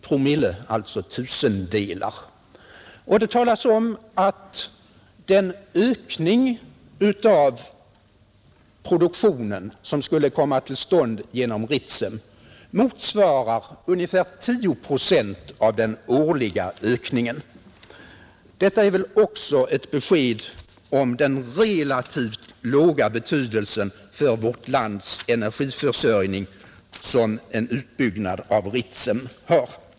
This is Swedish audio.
Det talas också om att den ökning av produktionen som skulle komma till stånd genom Ritsem motsvarar ungefär 10 procent av den årliga ökningen. Detta är väl också ett besked om den relativt ringa betydelsen för vårt lands energiförsörjning som en utbyggnad av Ritsem har.